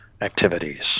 activities